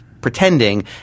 pretending